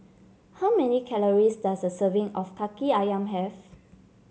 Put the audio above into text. how many calories does a serving of Kaki ayam have